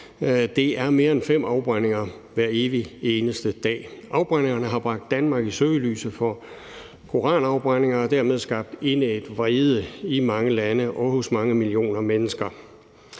Det er mere end fem afbrændinger hver evig eneste dag. Afbrændingerne har bragt Danmark i søgelyset for koranafbrændinger og dermed skabt indædt vrede i mange lande og hos mange millioner mennesker.